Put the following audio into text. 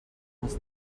els